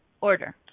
Order